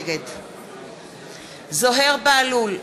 נגד זוהיר בהלול,